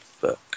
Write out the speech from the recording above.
Book